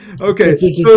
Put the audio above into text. Okay